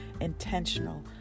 intentional